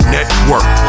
Network